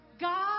God